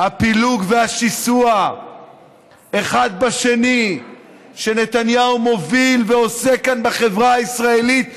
הפילוג והשיסוי אחד בשני שנתניהו מוביל ועושה כאן בחברה הישראלית שנים,